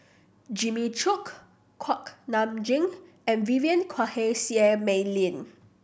Jimmy Chok Kuak Nam Jin and Vivien Quahe Seah Mei Lin